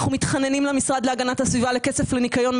אנחנו מתחננים למשרד להגנת הסביבה, לכסף לניקיון.